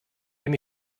dem